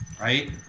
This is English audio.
Right